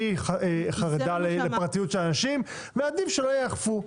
אני חרדה לפרטיות של אנשים ועדיף שלא ייאכפו.